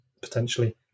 potentially